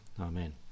Amen